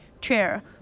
chair